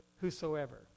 whosoever